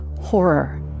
horror